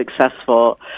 successful